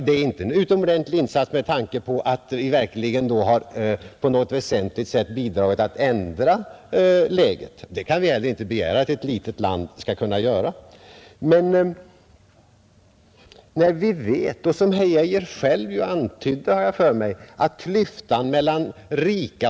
Vi vet att klyftan mellan rika och fattiga folk inte minskas utan bara växer — herr Geijer själv antydde detta.